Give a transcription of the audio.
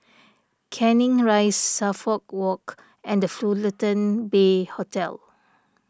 Canning Rise Suffolk Walk and the Fullerton Bay Hotel